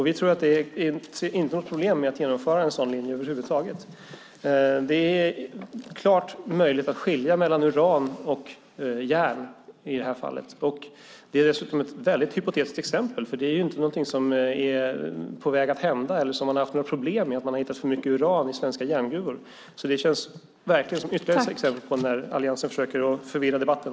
Vi tror inte att det är något problem att genomföra en sådan linje. Det är möjligt att skilja mellan uran och järn i det här fallet. Exemplet är också mycket hypotetiskt. Det är ju inget som är på väg att hända eller som man har haft problem med, att man har hittat uran i svenska järngruvor. Det känns som ytterligare exempel på att Alliansen försöker förvirra debatten.